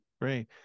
Right